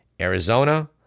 Arizona